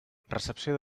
recepció